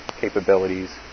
capabilities